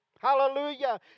Hallelujah